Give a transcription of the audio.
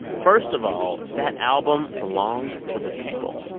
first of all, that album belongs to the people.